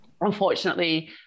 unfortunately